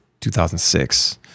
2006